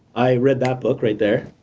i read that book right there,